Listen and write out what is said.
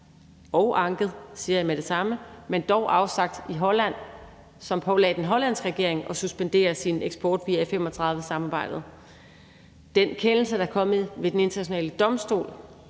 og anket, siger jeg med det samme, men dog afsagt – i Holland, og som pålægger den hollandske regering at suspendere i F-35-samarbejdet, den kendelse, der er kommet ved Den Internationale Domstol,